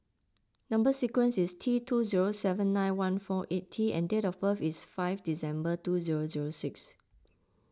Number Sequence is T two zero seven nine one four eight T and date of birth is five December two zero zero six